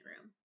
room